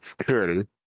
security